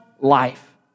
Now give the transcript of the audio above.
life